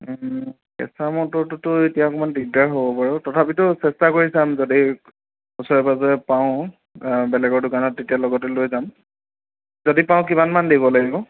কেঁচা মটৰটোতো এতিয়া অকণমান দিগদাৰ হ'ব বাৰু তথাপিতো চেষ্টা কৰি চাম যদি ওচৰে পাঁজৰে পাওঁ বেলেগৰ দোকানত তেতিয়া লগতে লৈ যাম যদি পাওঁ কিমান মান দিব লাগিব